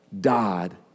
died